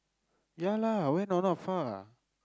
ya lah where got not far